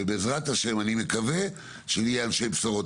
ובעזרת השם, אני מקווה שנהיה אנשי בשורות.